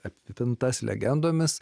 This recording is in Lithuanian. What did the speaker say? apipintas legendomis